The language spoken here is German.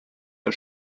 der